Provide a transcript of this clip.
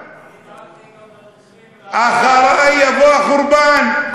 אני, אחרי יבוא החורבן.